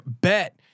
Bet